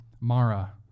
Mara